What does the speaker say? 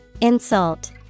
Insult